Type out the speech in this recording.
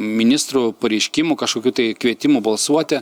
ministrų pareiškimų kažkokių tai kvietimų balsuoti